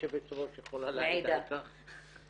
והיושבת-ראש יכולה להעיד על כך.